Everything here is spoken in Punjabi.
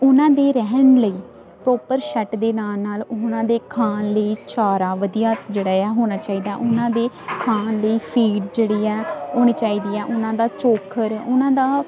ਉਹਨਾਂ ਦੇ ਰਹਿਣ ਲਈ ਪ੍ਰੋਪਰ ਸ਼ੈੱਡ ਦੇ ਨਾਲ ਨਾਲ ਉਹਨਾਂ ਦੇ ਖਾਣ ਲਈ ਚਾਰਾ ਵਧੀਆ ਜਿਹੜਾ ਆ ਹੋਣਾ ਚਾਹੀਦਾ ਉਹਨਾਂ ਦੇ ਖਾਣ ਲਈ ਫੀਡ ਜਿਹੜੀ ਆ ਹੋਣੀ ਚਾਹੀਦੀ ਆ ਉਹਨਾਂ ਦਾ ਚੋਖਰ ਉਹਨਾਂ ਦਾ